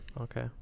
Okay